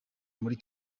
muri